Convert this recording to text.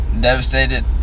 devastated